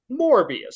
Morbius